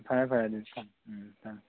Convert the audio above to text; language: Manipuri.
ꯐꯔꯦ ꯐꯔꯦ ꯑꯗꯨꯗꯤ ꯊꯝ ꯎꯝ ꯊꯝꯃꯦ